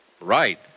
Right